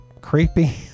creepy